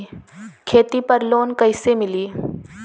खेती पर लोन कईसे मिली?